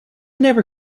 never